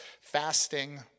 fasting